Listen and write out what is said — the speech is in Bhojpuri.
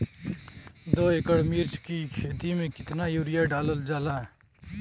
दो एकड़ मिर्च की खेती में कितना यूरिया डालल जाला?